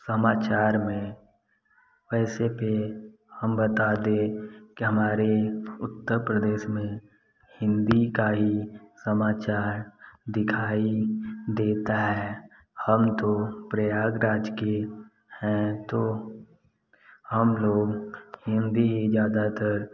समाचार में पैसे पर हम बता दें कि हमारे उत्तर प्रदेश में हिन्दी का ही समाचार दिखाई देता है हम तो प्रयागराज के हैं तो हम लोग हिन्दी ही ज़्यादातर